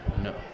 No